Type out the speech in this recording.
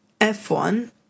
F1